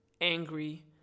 angry